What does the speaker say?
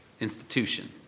institution